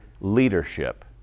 leadership